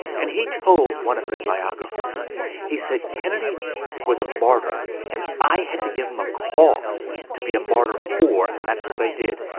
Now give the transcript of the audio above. and he told one of his biographers he said, kennedy was a martyr and i had to give him a cause to be a martyr for and that's what i did.